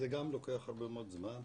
זה גם לוקח הרבה מאוד זמן.